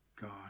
God